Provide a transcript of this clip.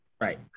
right